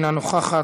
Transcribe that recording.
אינה נוכחת,